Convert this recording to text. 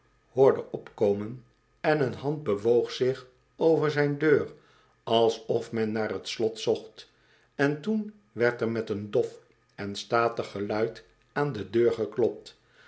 hoorde opkomen en een hand bewoog zich over zijn deur alsof men naar t slot zocht en toen werd er met een dof en statig geluid aan de deur geklopt